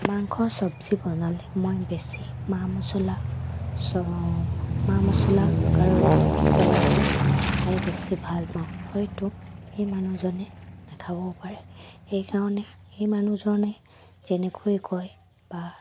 মাংস চবজি বনালে মই বেছি মা মছলা চ মা মছলা আৰু জলা দি খাই বেছি ভাল পাওঁ হয়তো সেই মানুহজনে নেখাবও পাৰে সেইকাৰণে সেই মানুহজনে যেনেকৈ কয় বা